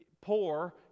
poor